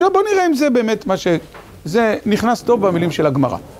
עכשיו בוא נראה אם זה באמת מה שזה נכנס טוב במילים של הגמרא.